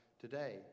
today